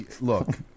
Look